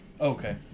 okay